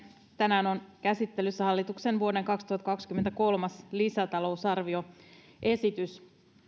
tänään on käsittelyssä hallituksen vuoden kaksituhattakaksikymmentä kolmas lisätalousarvioesitys